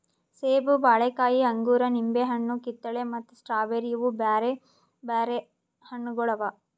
ಸೇಬ, ಬಾಳೆಕಾಯಿ, ಅಂಗೂರ, ನಿಂಬೆ ಹಣ್ಣು, ಕಿತ್ತಳೆ ಮತ್ತ ಸ್ಟ್ರಾಬೇರಿ ಇವು ಬ್ಯಾರೆ ಬ್ಯಾರೆ ಹಣ್ಣುಗೊಳ್ ಅವಾ